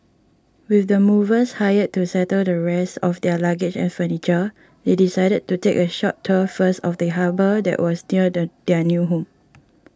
with the movers hired to settle the rest of their luggage and furniture they decided to take a short tour first of the harbour that was near the their new home